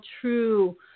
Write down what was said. true